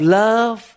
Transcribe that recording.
love